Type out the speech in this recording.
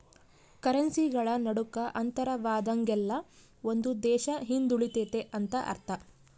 ಕರೆನ್ಸಿಗಳ ನಡುಕ ಅಂತರವಾದಂಗೆಲ್ಲ ಒಂದು ದೇಶ ಹಿಂದುಳಿತೆತೆ ಅಂತ ಅರ್ಥ